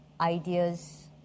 ideas